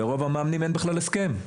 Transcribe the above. לרוב המאמנים אין בכלל הסכם.